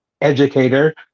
educator